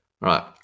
right